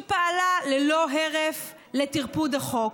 שפעלה ללא הרף לטרפוד החוק,